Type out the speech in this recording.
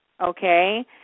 okay